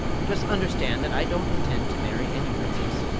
just understand that i don't intend to marry any princess.